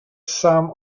some